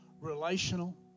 relational